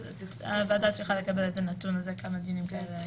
צריכה לקבל את הנתון הזה - כמה דיונים כאלה היו.